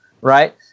right